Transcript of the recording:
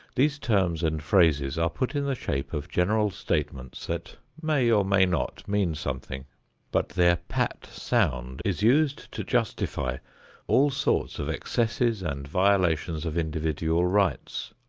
these terms and phrases are put in the shape of general statements that may or may not mean something but their pat sound is used to justify all sorts of excesses and violations of individual rights.